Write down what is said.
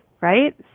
Right